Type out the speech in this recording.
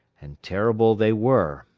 and terrible they were,